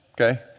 okay